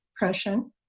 depression